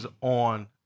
on